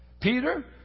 Peter